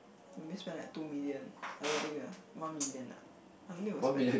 maybe spend like two million I don't think ah one million ah I don't think will spend